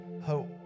hope